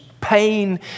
pain